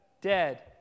dead